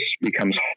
becomes